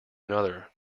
another